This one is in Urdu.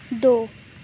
دو